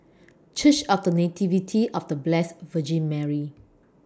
Church of The Nativity of The Blessed Virgin Mary